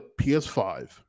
PS5